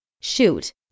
Shoot